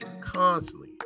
constantly